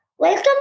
Welcome